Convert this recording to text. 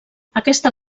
aquesta